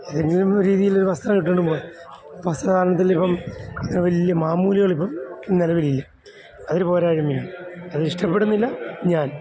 ഏതെങ്കിലും രീതിയിലൊരു വസ്ത്രം ഇട്ടോണ്ട് പോകാൻ വസ്ത്രധാരണത്തിലിപ്പം അത്ര വലിയ മാമൂലികൾ ഇപ്പം നിലവിലില്ല അതൊരു പോരായ്മയാണ് അത് ഇഷ്ടപ്പെടുന്നില്ല ഞാൻ